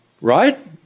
Right